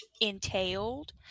entailed